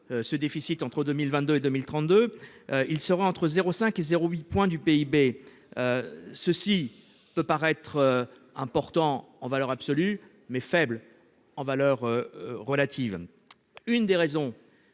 Ce déficit entre 2022 et 2032, il sera entre 0 5 et 0 8 point du PIB. Ceci peut paraître important en valeur absolue mais faible en valeur relative. Une des raisons.